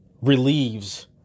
relieves